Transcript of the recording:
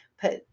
put